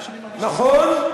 נכון.